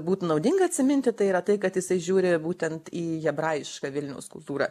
būtų naudinga atsiminti tai yra tai kad jisai žiūri būtent į hebrajišką vilniaus kultūrą